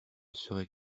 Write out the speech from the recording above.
serait